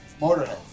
Motorhead